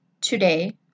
Today